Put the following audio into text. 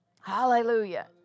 Hallelujah